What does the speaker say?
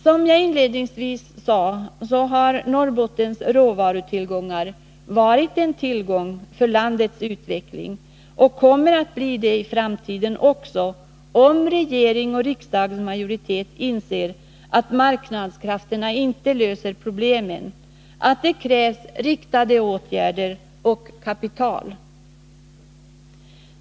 Som jag inledningsvis sade, har Norrbottens råvarutillgångar varit en tillgång för landets utveckling och kommer att bli det i framtiden också, om regering och riksdagsmajoritet inser att marknadskrafterna inte löser problemen, att det krävs riktade åtgärder och kapital.